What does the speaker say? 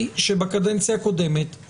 שהם עסקו בנושאים האלה במשך שנים, הם מכירים אותם.